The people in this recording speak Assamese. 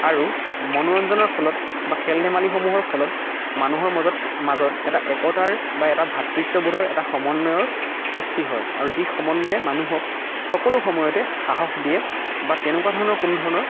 আৰু মনোৰঞ্জনৰ ফলত বা খেল ধেমালিসমূহৰ ফলত মানুহৰ মজত মাজত এটা একতাৰ বা এটা ভাতৃত্ববোধৰ এটা সমন্নয়ৰ সৃষ্টি হয় আৰু যি সমন্নয়ে মানুহক সকলো সময়তে সাহস দিয়ে বা তেনেকুৱা ধৰণৰ কোনো ধৰণৰ